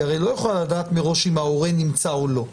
כי הרי היא לא יכולה לדעת מראש אם ההורה נמצא או לא.